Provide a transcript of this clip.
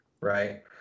right